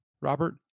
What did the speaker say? Robert